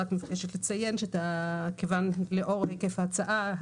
אני מבקשת לציין שלאור היקף ההצעה,